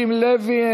מיקי לוי,